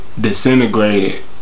disintegrated